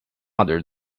other